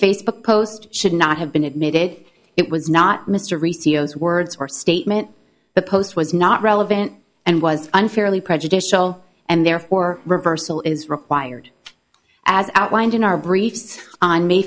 facebook post should not have been admitted it was not mystery ceo's words were statement the post was not relevant and was unfairly prejudicial and therefore reversal is required as outlined in our briefs on may